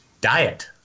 diet